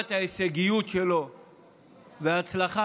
ורמת ההישגיות שלה והצלחה,